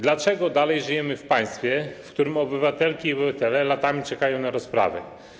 Dlaczego dalej żyjemy w państwie, w którym obywatelki i obywatele latami czekają na rozprawy?